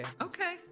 Okay